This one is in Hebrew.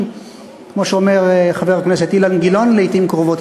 כמו שאומר חבר הכנסת אילן גילאון לעתים קרובות,